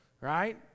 right